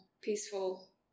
peaceful